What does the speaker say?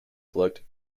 plucked